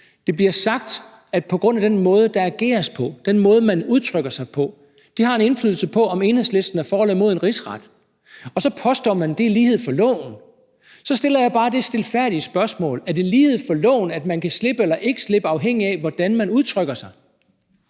det bliver sagt, at den måde, der ageres på, den måde, man udtrykker sig på, har en indflydelse på, om Enhedslisten er for eller imod en rigsretssag. Og så påstår man, at det er lighed for loven. Så stiller jeg bare det stilfærdige spørgsmål, om det er lighed for loven, at man kan enten slippe eller ikke slippe, afhængigt af hvordan man udtrykker sig.